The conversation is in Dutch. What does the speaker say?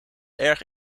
erg